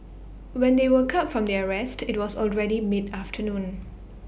when they woke up from their rest IT was already mid afternoon